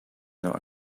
not